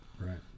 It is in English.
Right